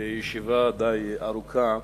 לישיבה די ארוכה,